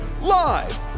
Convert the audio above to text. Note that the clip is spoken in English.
Live